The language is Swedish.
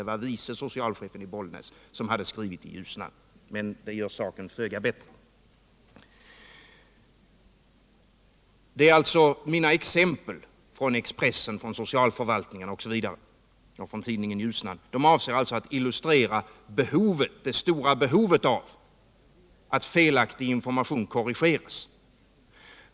Det var vice socialchefen i Bollnäs som hade skrivit i Ljusnan — men det gör saken föga bättre. Mina exempel från Expressen, tidningen Ljusnan, socialförvaltningarna osv. avser alltså att illustrera det stora behovet av att felaktig information korrigeras.